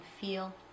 feel